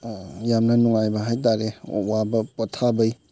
ꯌꯥꯝꯅ ꯅꯨꯡꯉꯥꯏꯕ ꯍꯥꯏꯕꯇꯥꯔꯦ ꯑꯋꯥꯕ ꯄꯣꯊꯥꯕꯩ